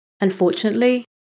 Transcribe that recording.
Unfortunately